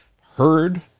heard